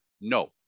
No